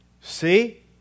See